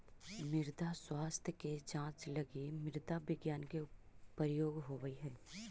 मृदा स्वास्थ्य के जांच लगी मृदा विज्ञान के प्रयोग होवऽ हइ